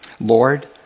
Lord